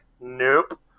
nope